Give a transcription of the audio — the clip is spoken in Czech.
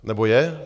Nebo je?